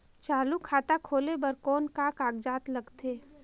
चालू खाता खोले बर कौन का कागजात लगथे?